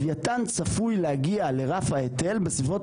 לווייתן צפוי להגיע לרף ההיטל בסביבות